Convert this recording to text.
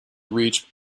reach